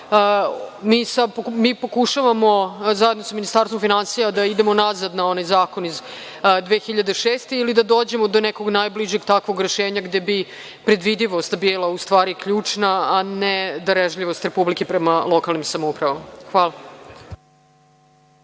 Mi pokušavamo zajedno sa Ministarstvom finansija da idemo nazad na onaj zakon iz 2006. godine, ili da dođemo do nekog najbližeg takvog rešenja gde bi predvidivost bila u stvari ključna, a ne darežljivost Republike prema lokalnim samoupravama. Hvala.